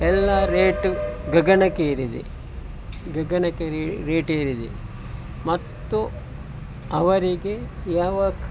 ಎಲ್ಲ ರೇಟ್ ಗಗನಕ್ಕೇರಿದೆ ಗಗನಕ್ಕೆ ರೇಟ್ ಏರಿದೆ ಮತ್ತು ಅವರಿಗೆ ಯಾವ